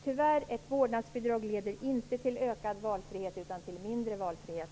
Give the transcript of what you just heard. Tyvärr leder inte ett vårdnadsbidrag till ökad valfrihet utan till mindre valfrihet.